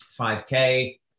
5k